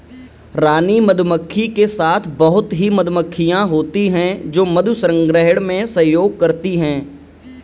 रानी मधुमक्खी के साथ बहुत ही मधुमक्खियां होती हैं जो मधु संग्रहण में सहयोग करती हैं